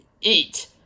eat